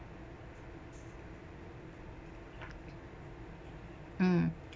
mm